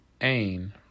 Ain